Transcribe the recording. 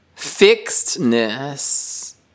fixedness